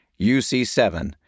UC7